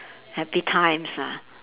happy times ah